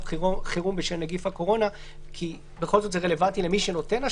חירום בשל נגיף הקורונה" כי בכל זאת זה רלוונטי למי שנותן אשראי,